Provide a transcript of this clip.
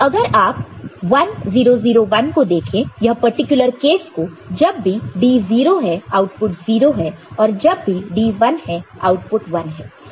अगर आप 1 0 0 1 को देखें यह पर्टिकुलर केस को जब भी D 0 है आउटपुट 0 है और जब भी D 1 है आउटपुट 1 है